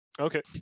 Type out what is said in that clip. Okay